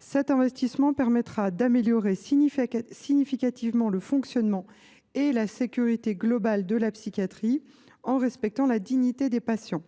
Cet investissement permettra d’améliorer significativement le fonctionnement et la sécurité globale de la psychiatrie, en respectant la dignité des patients.